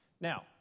Now